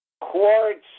quartz